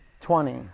twenty